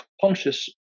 conscious